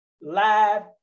live